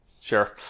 sure